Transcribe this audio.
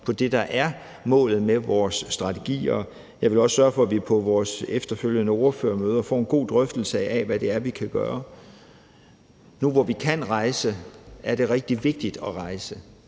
på det, der er målet med vores strategi. Og jeg vil også sørge for, at vi på vores efterfølgende ordførermøder får en god drøftelse af, hvad det er, vi kan gøre. Nu, hvor vi kan rejse, er det rigtig vigtigt at rejse.